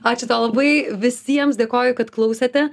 ačiū tau labai visiems dėkoju kad klausėte